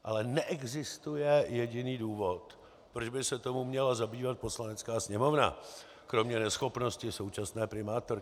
Ale neexistuje jediný důvod, proč by se tím měla zabývat Poslanecká sněmovna, kromě neschopnosti současné primátorky.